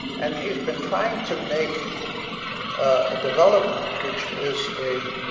and he's been trying to make a development which is a